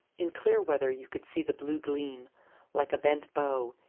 in clear weather you could see the blue gleam like a bent bow,